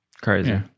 Crazy